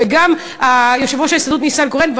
וגם יושב-ראש ההסתדרות ניסנקורן.